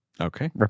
Okay